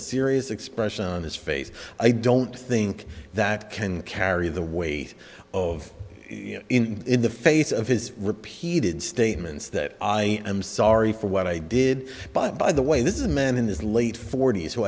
serious expression on his face i don't think that can carry the weight of you know in the face of his repeated statements that i am sorry for what i did but by the way this is a man in his late forty's